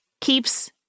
keeps